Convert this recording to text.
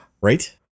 Right